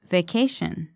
Vacation